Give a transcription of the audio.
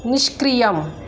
निष्क्रियम्